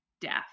death